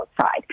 outside